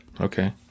Okay